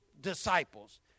disciples